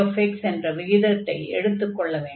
fxgx என்ற விகிதத்தை எடுத்துக் கொள்ள வேண்டும்